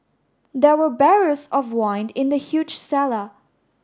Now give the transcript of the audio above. there were barrels of wine in the huge cellar